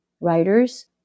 writers